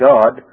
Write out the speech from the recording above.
God